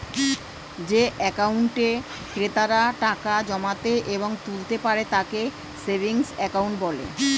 যে অ্যাকাউন্টে ক্রেতারা টাকা জমাতে এবং তুলতে পারে তাকে সেভিংস অ্যাকাউন্ট বলে